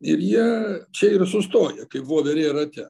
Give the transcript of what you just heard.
ir jie čia ir sustoja kaip voverė rate